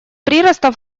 прироста